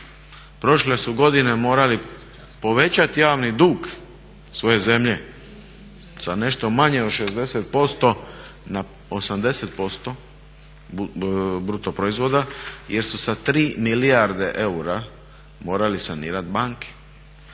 prošle su godine morali povećati javni dug svoje zemlje za nešto manje od 60% na 80% bruto proizvoda jer su sa 3 milijarde eura morali sanirati banke.